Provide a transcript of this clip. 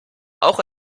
auch